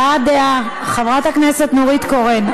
הבעת דעה, חברת הכנסת נורית קורן.